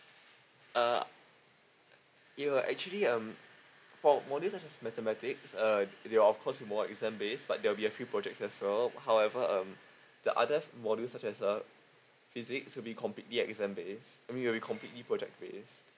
uh it will actually um for module such as mathematics uh they will of course more exam base but there will be a few projects as well however um the other modules such as uh physics will be completely exam base I mean will be completely project base